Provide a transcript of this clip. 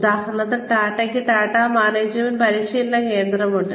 ഉദാഹരണത്തിന് ടാറ്റയ്ക്ക് ടാറ്റ മാനേജ്മെന്റ് പരിശീലന കേന്ദ്രമുണ്ട്